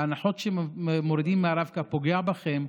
ההנחות שמורידים מהרב-קו פוגעות בכם,